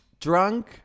drunk